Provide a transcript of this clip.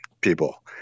people